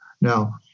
Now